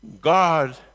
God